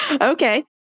Okay